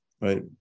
right